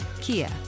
Kia